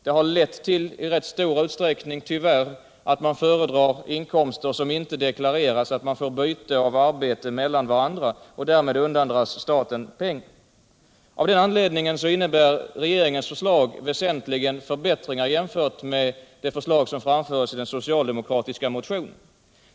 De har tyvärr i rätt stor utsträckning lett till att inkomster inte deklareras och människor byter arbeten med varandra och därmed undandrar staten skattepengar. Från den utgångspunkten innebär regeringens förslag väsentliga förbättringar jämfört med det förslag som framförs i den socialdemokratiska motionen.